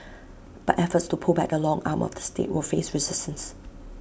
but efforts to pull back the long arm of the state will face resistance